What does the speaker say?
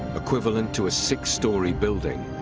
equivalent to a six-story building.